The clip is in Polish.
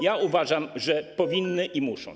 Ja uważam, że powinny i muszą.